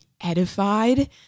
edified